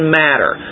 matter